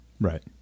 Right